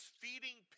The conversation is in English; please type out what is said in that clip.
feeding